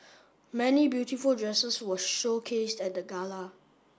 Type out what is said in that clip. many beautiful dresses were showcased at the gala